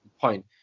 point